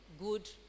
good